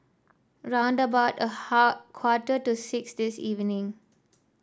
round about a half quarter to six this evening